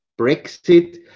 Brexit